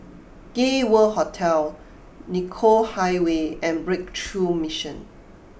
Gay World Hotel Nicoll Highway and Breakthrough Mission